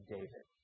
David